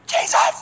Jesus